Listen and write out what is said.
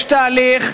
יש תהליך,